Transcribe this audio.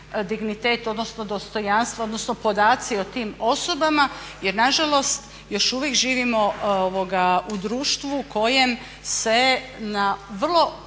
dignitet odnosno dostojanstvo odnosno podaci o tim osobama. Jer na žalost još uvijek živimo u društvu u kojem se na vrlo